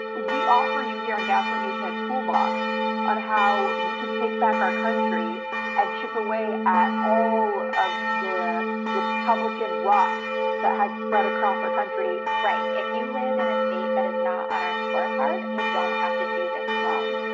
we offer you here on gaslit nation a toolbox on how we can take back our country and chip away at all of the republican rot that has spread across our country. right. if you live in a state that is not on our scorecard, and you don't have to do this alone.